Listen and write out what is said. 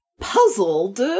puzzled